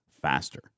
faster